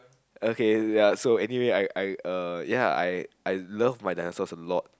okay ya so anyway I I uh ya I I love my dinosaurs a lot